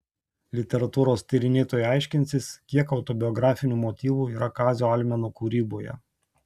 literatūros tyrinėtojai aiškinsis kiek autobiografinių motyvų yra kazio almeno kūryboje